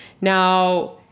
Now